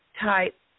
type